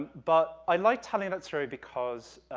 but i like telling that story because,